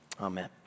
amen